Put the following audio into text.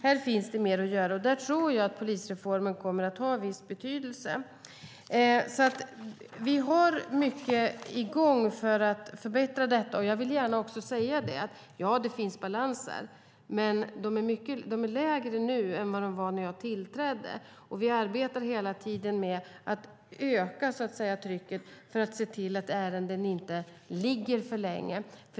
Här finns mer att göra, och jag tror att polisreformen kommer att ha viss betydelse. Vi har mycket i gång för att förbättra detta. Jag vill gärna säga att det finns balanser, men de är lägre nu än när jag tillträdde. Vi arbetar hela tiden med att öka trycket för att se till att ärenden inte ligger för länge.